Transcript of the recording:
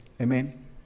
amen